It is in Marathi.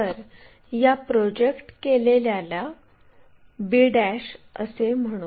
तर या प्रोजेक्ट केलेल्याला b असे म्हणू